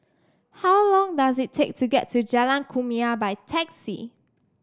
how long does it take to get to Jalan Kumia by taxi